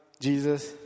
jesus